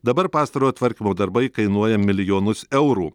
dabar pastarojo tvarkymo darbai kainuoja milijonus eurų